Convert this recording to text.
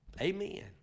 Amen